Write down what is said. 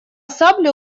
саблю